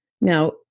Now